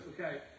okay